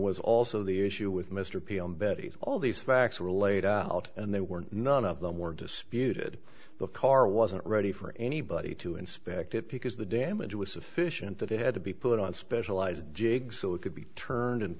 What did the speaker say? was also the issue with mr pm betty all these facts were laid out and they were none of them were disputed the car wasn't ready for anybody to inspect it because the damage was sufficient that it had to be put on specialized jig saw it could be turned and